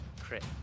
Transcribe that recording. Crit